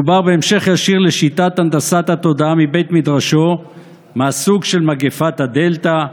מדובר בהמשך ישיר לשיטת הנדסת התודעה מבית מדרשו מהסוג של מגפת הדלתא,